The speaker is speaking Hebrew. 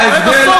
ובסוף,